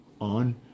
on